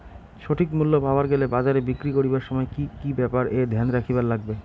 সঠিক মূল্য পাবার গেলে বাজারে বিক্রি করিবার সময় কি কি ব্যাপার এ ধ্যান রাখিবার লাগবে?